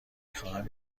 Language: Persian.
خواهم